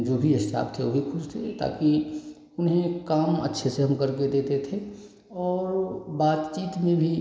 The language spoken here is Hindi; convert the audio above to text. जो भी स्टाफ थे वह भी ख़ुश थे ताकि उन्हें काम अच्छे से हम करके देते थे और बातचीत में भी